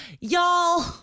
Y'all